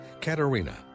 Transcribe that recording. Katerina